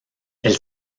elle